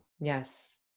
Yes